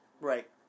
Right